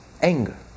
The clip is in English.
Anger